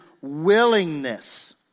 willingness